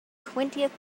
twentieth